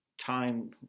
time